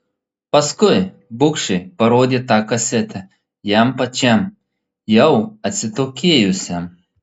paskui bugščiai parodė tą kasetę jam pačiam jau atsitokėjusiam